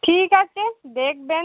ঠিক আছে দেখবেন